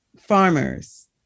farmers